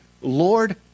Lord